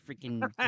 freaking